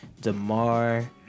Damar